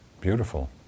beautiful